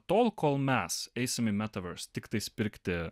tol kol mes eisim į metaverse tiktais pirkti